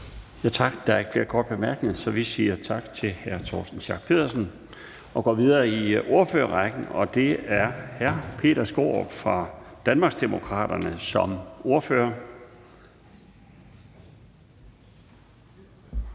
Der er ikke flere korte bemærkninger, så vi siger tak til hr. Torsten Schack Pedersen og går videre i ordførerrækken. Det er nu hr. Peter Skaarup fra Danmarksdemokraterne som ordfører.